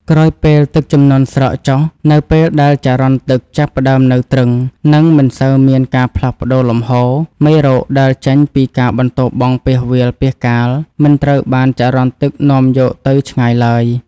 ក្រោយពេលទឹកជំនន់ស្រកចុះ នៅពេលដែលចរន្តទឹកចាប់ផ្តើមនៅទ្រឹង និងមិនសូវមានការផ្លាស់ប្តូរលំហូរ មេរោគដែលចេញពីការបន្ទោបង់ពាសវាលពាសកាលមិនត្រូវបានចរន្តទឹកនាំយកទៅឆ្ងាយឡើយ។